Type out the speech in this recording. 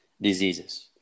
diseases